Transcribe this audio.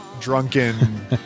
drunken